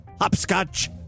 hopscotch